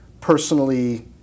personally